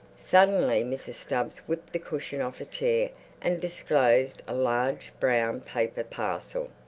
suddenly mrs. stubbs whipped the cushion off a chair and disclosed a large brown-paper parcel.